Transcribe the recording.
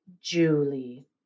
Julie